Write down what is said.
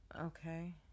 Okay